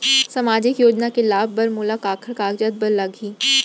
सामाजिक योजना के लाभ बर मोला काखर कागजात बर लागही?